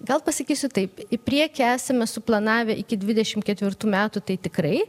gal pasakysiu taip į priekį esame suplanavę iki dvidešimt ketvirtų metų tai tikrai